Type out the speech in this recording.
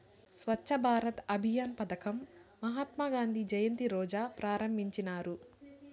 స్వచ్ఛ భారత్ అభియాన్ పదకం మహాత్మా గాంధీ జయంతి రోజా ప్రారంభించినారు